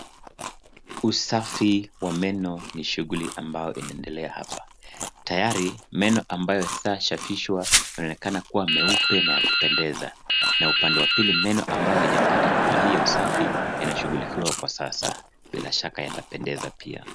Usafi wa meno ni shughuli ambayo inaendelea hapa. Tayari meno ambayo isha safishwa, yanaonekana kuwa meupe na ya kupendeza. Na upande wa pili meno ambayo hayajapata huduma hii ya usafi, yanashughulikiwa kwa sasa. Bila shaka yatapendeza pia.